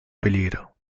peligro